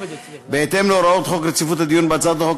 בהתאם להוראות חוק רציפות הדיון בהצעות חוק,